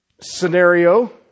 scenario